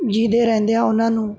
ਜੀਂਦੇ ਰਹਿੰਦਿਆਂ ਉਹਨਾਂ ਨੂੰ